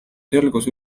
selgus